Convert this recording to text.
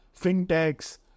fintechs